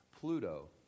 Pluto